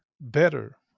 better